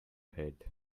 head